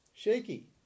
shaky